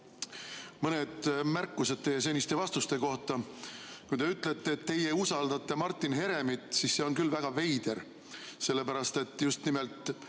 Mõned märkused teie seniste vastuste kohta. Kui te ütlete, et teie usaldate Martin Heremit, siis see on küll väga veider, sellepärast et just nimelt